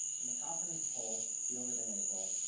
in the confidence poll fielded in april,